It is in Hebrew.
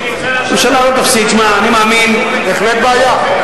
שמע, אני מאמין, בהחלט בעיה.